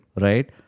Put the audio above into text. Right